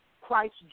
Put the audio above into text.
Christ